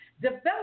Develop